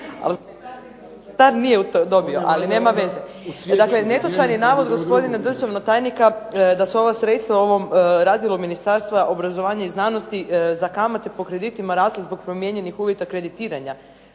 Marija (SDP)** Dakle, netočan je navod gospodina državnog tajnika da su ova sredstva u razdjelu Ministarstva obrazovanja i znanosti za kamate po kreditima rasle zbog promijenjenih uvjeta kreditiranja.